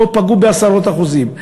פה פגעו בעשרות אחוזים.